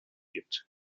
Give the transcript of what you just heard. gibt